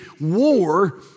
war